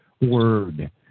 Word